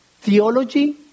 Theology